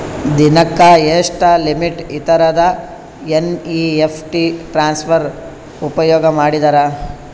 ದಿನಕ್ಕ ಎಷ್ಟ ಲಿಮಿಟ್ ಇರತದ ಎನ್.ಇ.ಎಫ್.ಟಿ ಟ್ರಾನ್ಸಫರ್ ಉಪಯೋಗ ಮಾಡಿದರ?